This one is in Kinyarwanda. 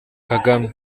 kagame